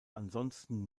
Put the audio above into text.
ansonsten